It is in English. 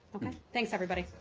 thanks, everybody.